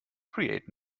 create